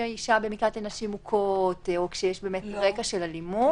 שהאישה במקלט לנשים מוכות או שיש רקע של אלימות?